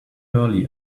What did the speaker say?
early